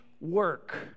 work